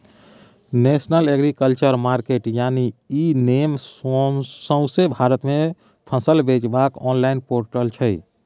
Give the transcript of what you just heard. national agriculture market यानी e NAM सौंसे भारत मे फसल बेचबाक आनलॉइन पोर्टल छै